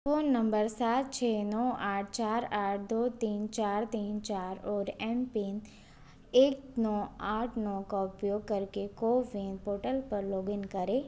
phone number सात छः नौ आठ चार आठ दो तीन चार तीन चार और एम पिन एक नौ आठ नौ का उपयोग करके कोविन पोर्टल पर लॉगिन करें